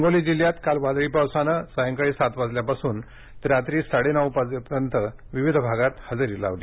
हिंगोली जिल्ह्यात काल वादळी पावसाने सायंकाळी सात वाजल्यापासून ते रात्री साडेनऊ वाजेपर्यंत विविध भागात पावसाने हजेरी लावली